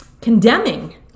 condemning